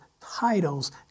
titles